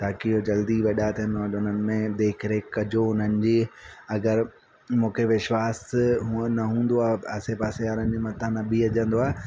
ताकी उहे जल्दी वॾा थियनि हुन में देख रेख कजो हुननि जी अगरि मुखे विश्वास हूअं न हूंदो आहे आसे पासे वारनि जे मथां न बिहजंदो आहे